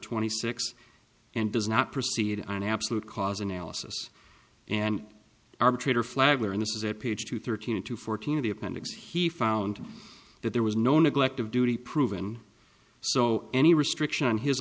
twenty six and does not proceed on an absolute cause analysis and arbitrator flagler and this is at page two thirteen to fourteen of the appendix he found that there was no neglect of duty proven so any restriction on his